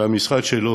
והמשרד שלו,